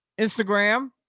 Instagram